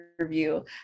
review